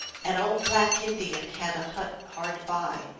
an old black indian had a hut hard by.